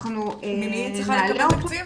אנחנו נעלה אותו מיידית --- ממי היא צריכה לקבל תקציב?